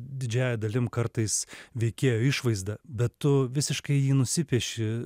didžiąja dalim kartais veikėjo išvaizdą bet tu visiškai jį nusipieši